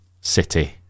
city